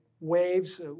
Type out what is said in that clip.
waves